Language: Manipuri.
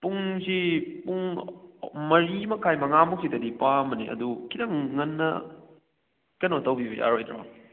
ꯄꯨꯡꯁꯤ ꯄꯨꯡ ꯃꯔꯤ ꯃꯈꯥꯏ ꯃꯉꯥ ꯃꯨꯛꯀꯤꯗꯗꯤ ꯄꯥꯝꯕꯅꯤ ꯑꯗꯨ ꯈꯤꯇꯪ ꯉꯟꯅ ꯀꯩꯅꯣ ꯇꯧꯕꯤꯕ ꯌꯥꯔꯣꯏꯗ꯭ꯔꯣ